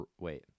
wait